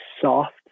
soft